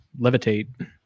levitate